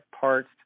parts